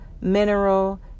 mineral